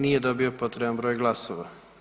Nije dobio potreban broj glasova.